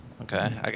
Okay